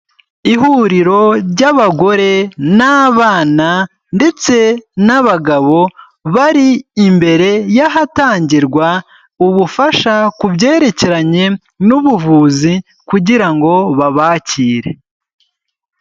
Ihuriro ry'abagore n'abana ndetse n'abagabo bari imbere y'ahatangirwa ubufasha ku byerekeranye n'ubuvuzi kugira ngo babakire.